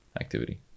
activity